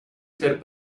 ser